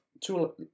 two